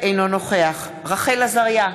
אינו נוכח רחל עזריה,